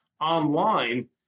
Online